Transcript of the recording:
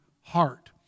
heart